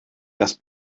das